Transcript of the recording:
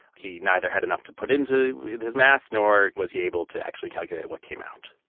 he neither had enough to put into his math nor was he able to actually calculate what came out